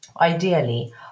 Ideally